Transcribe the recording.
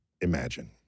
imagine